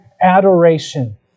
adoration